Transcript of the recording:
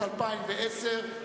לשנת 2010,